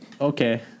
Okay